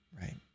right